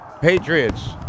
patriots